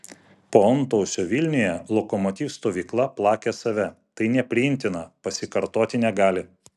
po antausio vilniuje lokomotiv stovykla plakė save tai nepriimtina pasikartoti negali